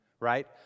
Right